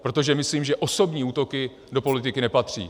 Protože myslím, že osobní útoky do politiky nepatří.